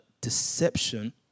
deception